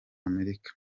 amerika